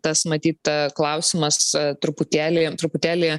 tas matyt klausimas truputėlį truputėlį